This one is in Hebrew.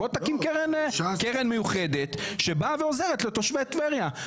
בוא תקים קרן מיוחדת שבאה ועוזרת לתושבי טבריה.